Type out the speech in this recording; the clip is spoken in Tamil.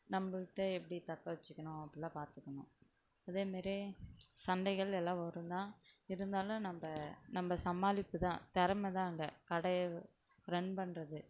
நம்மள்ட்ட எப்படி தக்க வெச்சுக்கணும் அப்பிடில்லாம் பார்த்துக்கணும் அதே மேரி சண்டைகள் எல்லாம் வரும் தான் இருந்தாலும் நம்ம நம்ம சமாளிப்பு தான் தெறமை தான் அங்கே கடையை ரன் பண்ணுறது